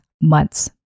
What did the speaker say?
months